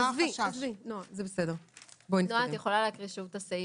עזבי, נעה, זה בסדר, בואי נתקדם.